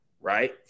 right